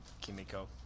Kimiko